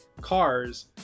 cars